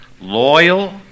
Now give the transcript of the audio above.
loyal